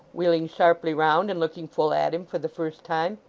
wheeling sharply round, and looking full at him for the first time.